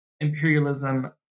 imperialism